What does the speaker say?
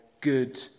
good